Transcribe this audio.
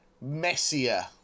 messier